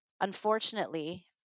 Unfortunately